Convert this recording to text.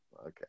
Okay